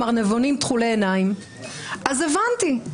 "ארנבונים תכולי עיניים", אז הבנתי,